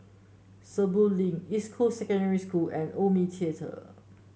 Sentul Link East Cool Secondary School and Omni Theatre